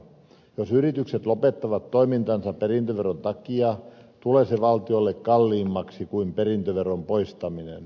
jos yritykset lopettavat toimintansa perintöveron takia tulee se valtiolle kalliimmaksi kuin perintöveron poistaminen